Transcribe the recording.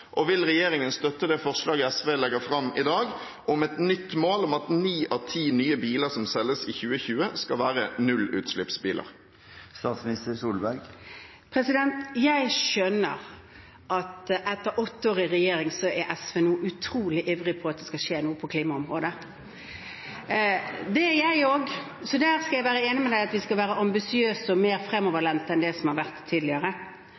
Og vil regjeringen støtte det forslaget SV legger fram i dag, om et nytt mål om at ni av ti nye biler som selges i 2020, skal være nullutslippsbiler? Jeg skjønner at etter åtte år i regjering er SV nå utrolig ivrig etter at det skal skje noe på klimaområdet. Det er jeg også, så jeg skal være enig med representanten i at vi skal være ambisiøse og mer fremoverlente enn man har vært tidligere. Så har jeg gledet meg over å lese de tidligere